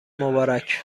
مبارک